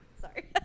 Sorry